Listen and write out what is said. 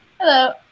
Hello